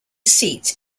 seat